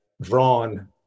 drawn